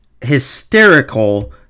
hysterical